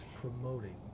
promoting